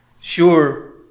Sure